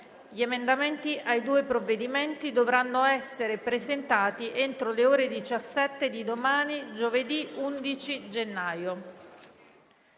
Gli emendamenti ai due provvedimenti dovranno essere presentati entro le ore 17 di domani, giovedì 11 gennaio.